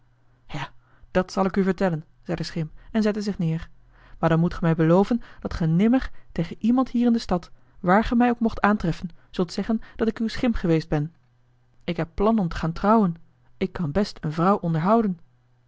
ja dat zal ik u vertellen zei de schim en zette zich neer maar dan moet ge mij beloven dat ge nimmer tegen iemand hier in de stad waar ge mij ook moogt aantreffen zult zeggen dat ik uw schim geweest ben ik heb plan om te gaan trouwen ik kan best een vrouw onderhouden